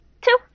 Two